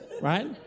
right